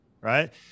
right